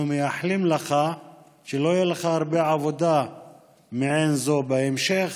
אנחנו מאחלים לך שלא תהיה לך הרבה עבודה מעין זו בהמשך,